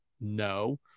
No